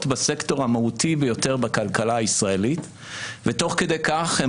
בסקטור המהותי ביותר בכלכלה הישראלית ותוך כדי כך הן